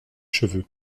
cheveux